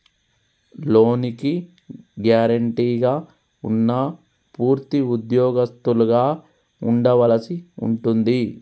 లోనుకి గ్యారెంటీగా ఉన్నా పూర్తి ఉద్యోగస్తులుగా ఉండవలసి ఉంటుంది